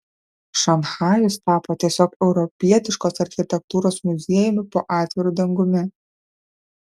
šanchajus tapo tiesiog europietiškos architektūros muziejumi po atviru dangumi